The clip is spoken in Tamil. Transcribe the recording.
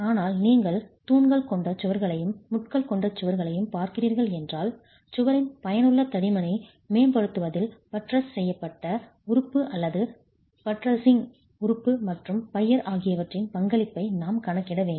ஆனால் நீங்கள் தூண்கள் கொண்ட சுவர்களையும் முட்கள் கொண்ட சுவர்களையும் பார்க்கிறீர்கள் என்றால் சுவரின் பயனுள்ள தடிமனை மேம்படுத்துவதில் பட்ரஸ் செய்யப்பட்ட உறுப்பு அல்லது பட்ரசிங் உறுப்பு மற்றும் பையர் ஆகியவற்றின் பங்களிப்பை நாம் கணக்கிட வேண்டும்